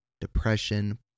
depression